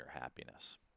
happiness